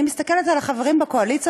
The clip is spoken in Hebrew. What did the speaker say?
אני מסתכלת על החברים בקואליציה,